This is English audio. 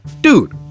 Dude